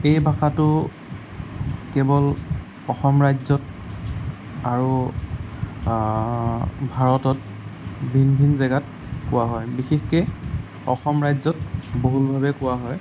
এই ভাষাটো কেৱল অসম ৰাজ্যত আৰু ভাৰতত ভিন ভিন জেগাত কোৱা হয় বিশেষকে অসম ৰাজ্যত বহুলভাৱে কোৱা হয়